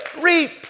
reap